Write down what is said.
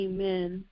Amen